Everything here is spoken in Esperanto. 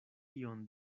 ion